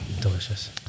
Delicious